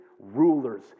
rulers